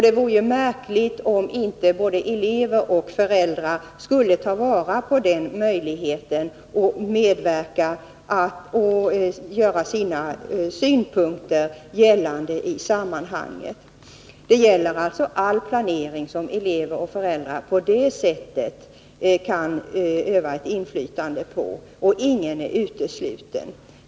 Det vore ju märkligt om inte både elever och föräldrar skulle ta vara på den möjligheten att medverka och göra sina synpunkter gällande i sammanhanget. Det gäller alltså all planering som elever och föräldrar på det sättet kan öva ett inflytande på, och ingen är utesluten.